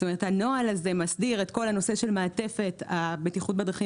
זאת אומרת הנוהל הזה מסדיר את כל הנושא של מעטפת בטיחות בדרכים